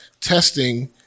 testing